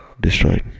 destroyed